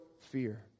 fear